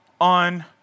on